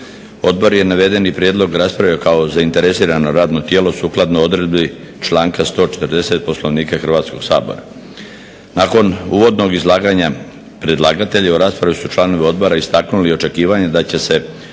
Odbor je navedeni prijedlog raspravio kao zainteresirano radno tijelo. Sukladno odredbi članka 140. Poslovnika Hrvatskog sabora. Nakon uvodnog izlaganja predlagatelja u raspravi su članovi odbora istaknuli očekivanja da će se